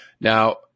Now